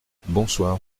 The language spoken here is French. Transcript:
bonsoir